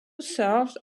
serves